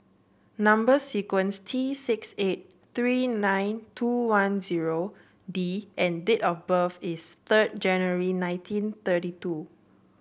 number sequence is T six eight three nine two one zero D and date of birth is third January nineteen thirty two